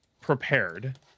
prepared